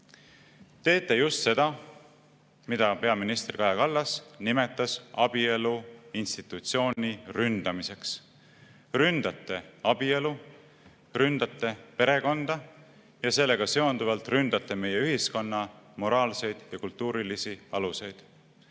teete just seda, mida peaminister Kaja Kallas nimetas abielu institutsiooni ründamiseks. Te ründate abielu, ründate perekonda ja sellega seonduvalt ründate meie ühiskonna moraalseid ja kultuurilisi aluseid.